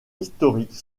historique